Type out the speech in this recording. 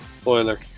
Spoiler